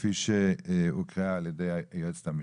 כפי שהוקרא על ידי היועצת המשפטית,